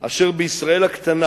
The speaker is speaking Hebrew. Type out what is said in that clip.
אשר בישראל הקטנה